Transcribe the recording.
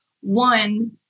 one